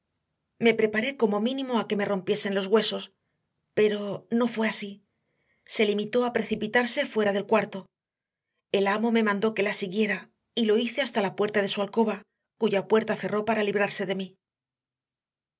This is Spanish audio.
me preparé como mínimo a que me rompiese los huesos pero no fue así se limitó a precipitarse fuera del cuarto el amo me mandó que la siguiera y lo hice hasta la puerta de su alcoba cuya puerta cerró para librarse de mí